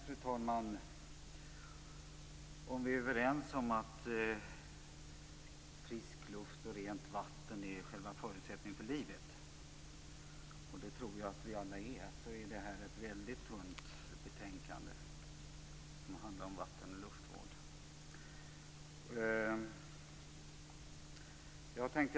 Fru talman! Om vi är överens om att frisk luft och rent vatten är själva förutsättningen för livet, är detta ett väldigt tunt betänkande om vatten och luftvård.